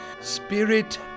Spirit